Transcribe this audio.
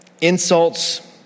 insults